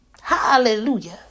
Hallelujah